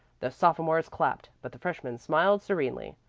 the sophomores clapped, but the freshmen smiled serenely.